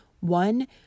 One